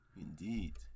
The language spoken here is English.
Indeed